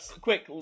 Quick